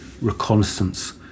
reconnaissance